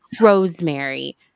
rosemary